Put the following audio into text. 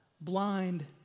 blind